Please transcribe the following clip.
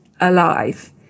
alive